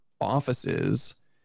offices